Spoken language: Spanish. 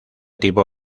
tipo